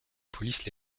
police